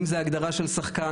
אם זה הגדרה של שחקן,